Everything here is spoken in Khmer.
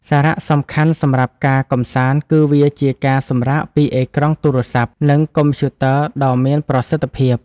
សារៈសំខាន់សម្រាប់ការកម្សាន្តគឺវាជាការសម្រាកពីអេក្រង់ទូរសព្ទ និងកុំព្យូទ័រដ៏មានប្រសិទ្ធភាព។